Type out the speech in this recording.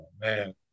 man